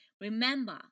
Remember